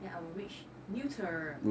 then I will reach newton